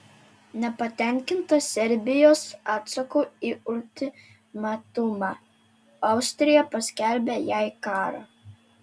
nepatenkinta serbijos atsaku į ultimatumą austrija paskelbė jai karą